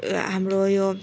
हाम्रो यो